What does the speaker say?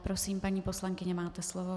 Prosím, paní poslankyně, máte slovo.